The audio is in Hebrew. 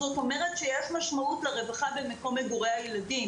זאת אומרת, יש משמעות לרווחה במקום מגורי הילדים.